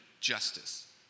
justice